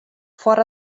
foar